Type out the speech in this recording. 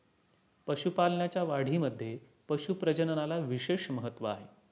पशुपालनाच्या वाढीमध्ये पशु प्रजननाला विशेष महत्त्व आहे